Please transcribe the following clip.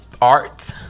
Art